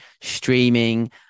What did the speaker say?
streaming